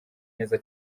neza